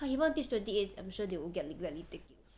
he want to teach twenty eights I'm sure they will gladly gladly take it